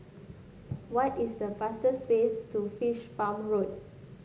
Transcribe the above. what is the fastest way to Fish Farm Road